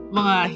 mga